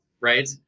right